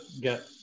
get